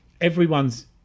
everyone's